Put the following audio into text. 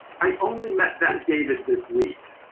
i only met that david this week,